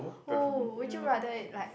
oh would you rather like